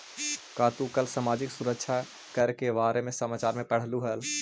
का तू कल सामाजिक सुरक्षा कर के बारे में समाचार में पढ़लू हल